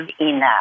enough